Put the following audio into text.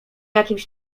jakimś